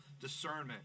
discernment